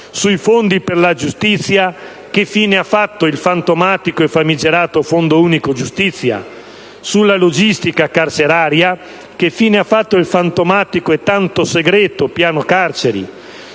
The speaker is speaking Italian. sui fondi per la giustizia (che fine ha fatto il fantomatico e famigerato fondo unico giustizia?), sulla logistica carceraria (che fine ha fatto il fantomatico e tanto segreto piano carceri?),